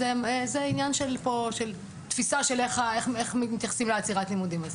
אז זה עניין של תפיסה שלך איך מתייחסים לעצירת לימודים הזאת.